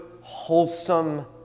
wholesome